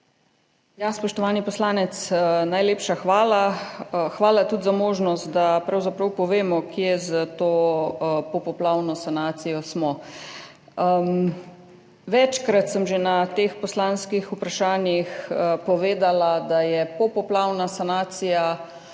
Spoštovani poslanec, najlepša hvala. Hvala tudi za možnost, da pravzaprav povemo, kje smo s to popoplavno sanacijo. Večkrat sem že na teh poslanskih vprašanjih povedala, da je popoplavna sanacija